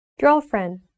Girlfriend